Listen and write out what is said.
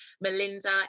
Melinda